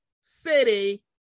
City